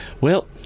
Well